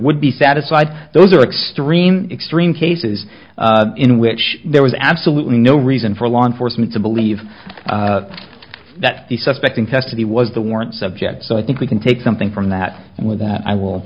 would be satisfied those are extreme extreme cases in which there was absolutely no reason for law enforcement to believe that the suspect in custody was the warrant subject so i think we can take something from that and with that i will